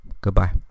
goodbye